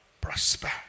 prosper